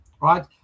right